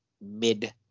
mid